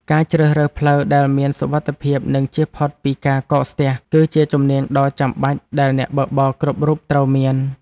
ការជ្រើសរើសផ្លូវដែលមានសុវត្ថិភាព និងជៀសផុតពីការកកស្ទះ គឺជាជំនាញដ៏ចាំបាច់ដែលអ្នកបើកបរគ្រប់រូបត្រូវមាន។